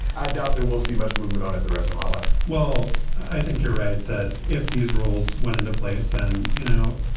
i doubt there will see much movement on it the rest of my life well, i think you're right that if these rules went into place and, you know,